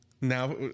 now